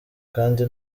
kandi